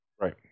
Right